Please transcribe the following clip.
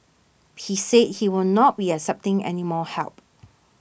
he said he will not be accepting any more help